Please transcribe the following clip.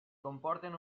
comporten